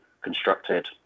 constructed